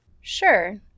Sure